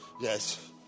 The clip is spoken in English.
Yes